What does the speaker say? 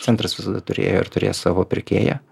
centras visada turėjo ir turės savo pirkėją